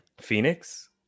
Phoenix